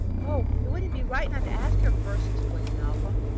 oh, it wouldn't be right not to ask her first, exclaimed malcolm.